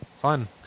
fun